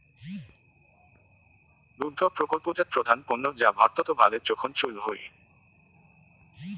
দুগ্ধ প্রকল্পজাত প্রধান পণ্য যা ভারতত ভালে জোখন চইল হই